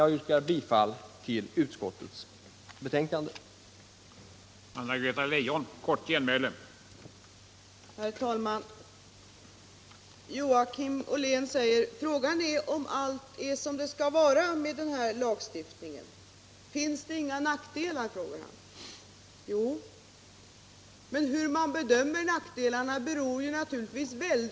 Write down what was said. Jag yrkar bifall till utskottets hemställan.